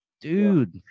dude